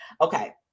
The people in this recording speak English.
Okay